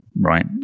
right